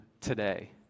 today